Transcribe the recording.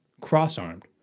cross-armed